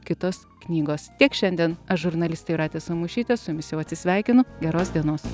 kitos knygos tiek šiandien aš žurnalistė jūratė samušytė su jumis jau atsisveikinu geros dienos